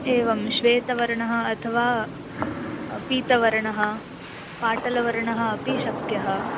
एवं श्वेतवर्णः अथवा पीतवर्णः पाटलवर्णः अपि शक्यः